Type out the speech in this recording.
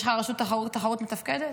יש לך רשות תחרות מתפקדת?